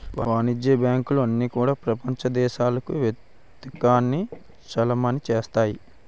వాణిజ్య బ్యాంకులు అన్నీ కూడా ప్రపంచ దేశాలకు వర్తకాన్ని చలామణి చేస్తాయి